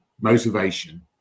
motivation